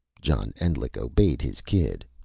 john endlich obeyed his kid.